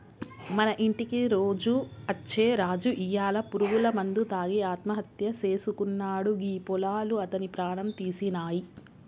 మన ఇంటికి రోజు అచ్చే రాజు ఇయ్యాల పురుగుల మందు తాగి ఆత్మహత్య సేసుకున్నాడు గీ పొలాలు అతని ప్రాణం తీసినాయి